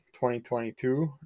2022